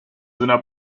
una